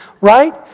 right